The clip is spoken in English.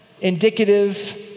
indicative